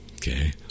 Okay